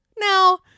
Now